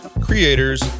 creators